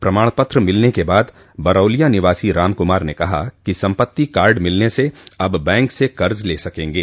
प्रमाण पत्र मिलने के बाद बरौलिया निवासी राम कुमार ने कहा कि संपत्ति कार्ड मिलने से अब बैंक से कर्ज ले सकेंगे